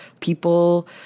people